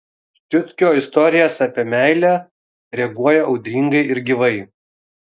ščiuckio istorijas apie meilę reaguoja audringai ir gyvai